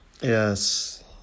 Yes